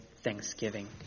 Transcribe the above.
thanksgiving